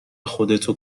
خودتو